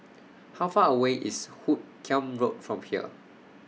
How Far away IS Hoot Kiam Road from here